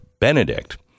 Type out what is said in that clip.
Benedict